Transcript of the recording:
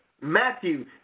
Matthew